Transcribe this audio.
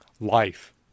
life